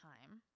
time